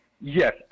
Yes